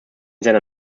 seiner